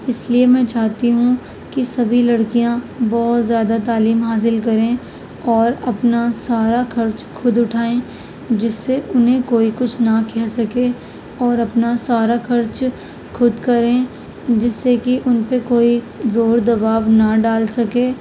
اس لیے میں چاہتی ہوں کہ سبھی لڑکیاں بہت زیادہ تعلیم حاصل کریں اور اپنا سارا خرچ خود اٹھائیں جس سے انہیں کوئی کچھ نہ کہہ سکے اور اپنا سارا خرچ خود کریں جس سے کہ ان پہ کوئی زور دباؤ نہ ڈال سکے